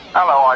Hello